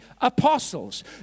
apostles